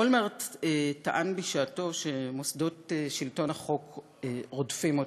אולמרט טען בשעתו שמוסדות שלטון החוק רודפים אותו.